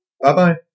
Bye-bye